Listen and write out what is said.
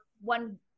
one